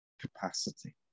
capacity